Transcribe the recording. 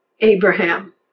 Abraham